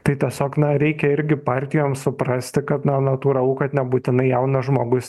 tai tiesiog na reikia irgi partijom suprasti kad na natūralu kad nebūtinai jaunas žmogus